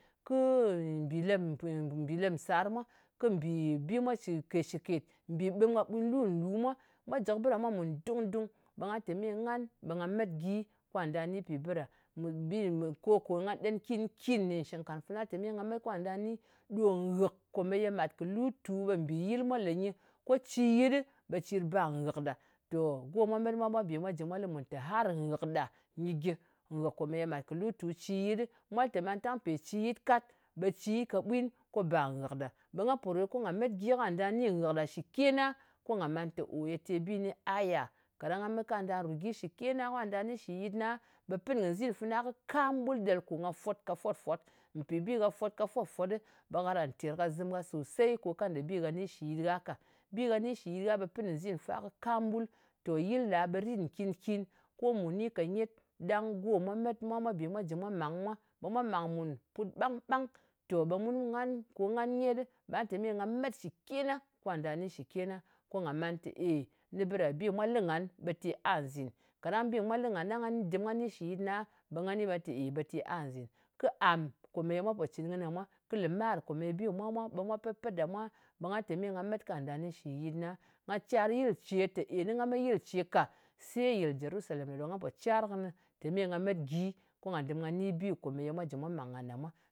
Kɨ mbì lep nsàr mwa, kɨ bì bi mwa shɨkēt-shɨkēt. Mbì ɓɨm ka ɓutlu nlu mwa. Mwa jɨ kɨ bɨ ɗa mwa mùn dung-dung. Ɓe nga lɨ tē me ngan ɓe nga met gyi kwa nda ni pì bɨ ɗa mwa. Mɨ bi ɗa, ko kò nga ɗen nkin-kin nɗìn shɨnknkarng fana te me nga met kà nda ni ɗo nghɨk kò ye mat kɨ lutu, ɓe mbì yɨl mwa lè nyɨ ko cì yɨtɗɨ, ɓe cir ba nghɨk ɗa. Tò, go mwa met mwa, mwa bè mwa jɨ mwa lɨ mùn tè har nghɨk ɗa nyɨ gi. Nghɨk komeye màt kɨ lutu ciyɨt. Mwa lɨ te mantang pē ci yɨt kat, be ci yɨt kaɓwin ko ba nghɨk ɗa. Ɓe nga po rot ko nga met gyi ko nga dà ne ghɨk ɗa shɨ kena, ko nga man tè o ye bi kɨni a ya. Kaɗang nga met ka ndà rù gyi shɨ kena, ka nda ni shɨ yɨtna, ɓe pɨn kɨ nzin fana kam ɓul ɗel ko nga fwot ka fwot-fwot. Mpì bi gha fwot ka fwot-fwot ɗɨ, ɓe karan terkazɨm gha sòsey ko kanda bi gha ni shɨ yit gha ka. Bi gah ni shɨ yɨt gha, ɓe pɨn kɨ nzin fa kɨ kam ɓul. Tò yɨl ɗa ɓe rit nkin-kin. Ko mu ni ka nyet, ɗang go mwa met mwa mwa ji mwa mang mwa, mwa mang mùn put ɓang-ɓang. Tò ɓe muni, ngan, ko ngan nyetɗɨ ɓa te me nga met shɨ kena, kwa nɗa ni shɨ kena, ko nga man tè ey, nɨ ɓi ɗa, bi mwa lɨ ngan ɓe te a nzìn. Kaɗang bi mwa lɨ ngan ɗang nda ni shɨ yɨtna, ɓe nga lɨ tē te a nzìn. Kɨ am komeye mwa pò cɨn kɨnɨ ɗa mwa, lɨmar komeye bi kɨ mwa mwa, ɓe mwa pet-pet ɗa mwa, ɓe nga tè me nga met kà nda ni shɨ yɨtna. Nga cyar yɨl ce te nga me yɨl ce ka se yɨl jerusalem ɗà ɗo nga pò cyar kɨnɨ tè meye nga met gyi, ko nga dɨm nga ni bi kòmeye mwa jɨ mwa màng ngan ɗa mwa.